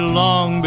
long